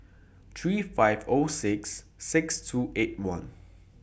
three five O six six two eight one